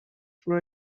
for